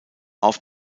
auf